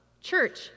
church